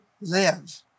Live